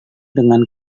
dengan